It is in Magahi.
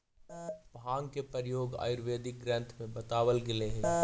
भाँग के प्रयोग आयुर्वेदिक ग्रन्थ में बतावल गेलेऽ हई